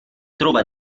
trova